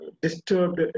disturbed